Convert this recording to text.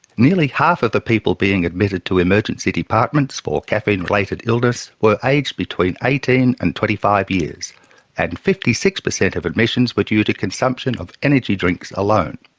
nearly half of the people being admitted to emergency departments for caffeine related illness were aged between eighteen and twenty five years and fifty percent of admissions were due to consumption of energy drinks alone.